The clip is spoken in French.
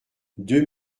deux